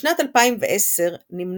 בשנת 2010 נמנה